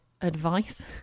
advice